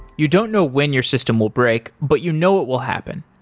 you don't know when your system will break, but you know it will happen.